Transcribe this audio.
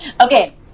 Okay